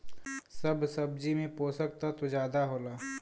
सब सब्जी में पोसक तत्व जादा होला